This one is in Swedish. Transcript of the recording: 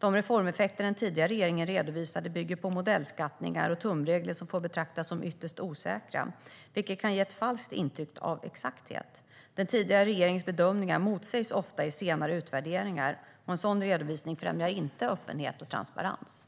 De reformeffekter den tidigare regeringen redovisade bygger på modellskattningar och tumregler som får betraktas som ytterst osäkra, vilket kan ge ett falskt intryck av exakthet. Den tidigare regeringens bedömningar motsägs ofta i senare utvärderingar. En sådan redovisning främjar inte öppenhet och transparens.